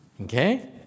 Okay